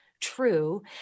true